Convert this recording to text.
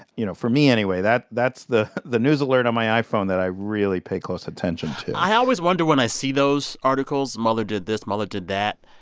you know, for me anyway, that's the the news alert on my iphone that i really pay close attention to i always wonder when i see those articles mueller did this mueller did that.